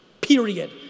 period